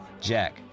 Jack